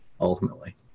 ultimately